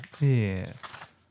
Yes